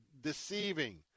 deceiving